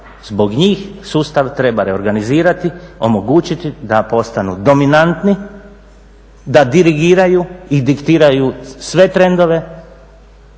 zbog njih sustav treba reorganizirati, omogućiti da postanu dominantni, da dirigiraju i diktiraju sve trendove